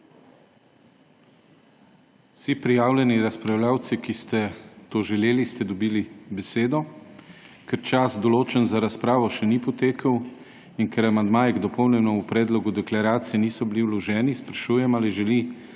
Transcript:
Vsi prijavljeni razpravljavci, ki ste to želeli, ste dobili besedo. Ker čas, določen za razpravo, še ni potekel in ker amandmaji k dopolnjenemu predlogu deklaracije niso bili vloženi, sprašujem, ali želi